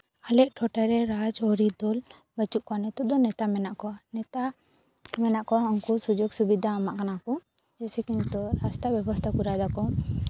ᱟᱞᱮ ᱴᱚᱴᱷᱟᱨᱮ ᱨᱟᱡᱽ ᱟᱹᱨᱤ ᱫᱚᱞ ᱵᱟᱹᱪᱩᱜ ᱠᱚᱣᱟ ᱱᱤᱛᱚᱜ ᱫᱚ ᱱᱮᱛᱟ ᱢᱮᱱᱟᱜ ᱠᱚᱣᱟ ᱩᱱᱠᱩ ᱥᱩᱡᱳᱜ ᱥᱩᱵᱤᱫᱷᱟ ᱮᱢᱟᱜ ᱠᱟᱱᱟ ᱠᱚ ᱡᱮᱭᱥᱤ ᱠᱤ ᱱᱤᱛᱚᱜ ᱨᱟᱥᱛᱟ ᱵᱮᱵᱚᱥᱛᱟ ᱠᱚᱨᱟᱣ ᱫᱟᱠᱚ